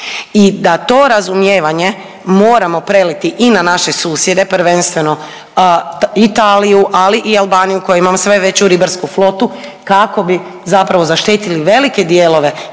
I da to razumijevanje moramo preliti i na naše susjede prvenstveno Italiju, ali i Albaniju koja ima sve veću ribarsku flotu kako bi zapravo zaštitili velike dijelove